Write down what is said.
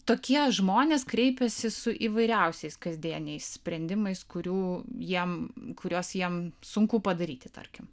tokie žmonės kreipiasi su įvairiausiais kasdieniais sprendimais kurių jiem kuriuos jiem sunku padaryti tarkim